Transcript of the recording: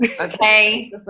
Okay